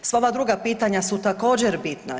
Sva ova druga pitanja su također bitna.